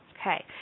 okay